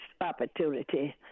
opportunity